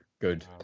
Good